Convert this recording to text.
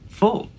full